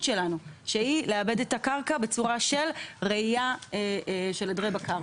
שלנו שהיא לעבד את הקרקע בצורה של רעייה של עדרי בקר.